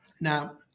Now